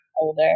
Older